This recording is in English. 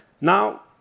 Now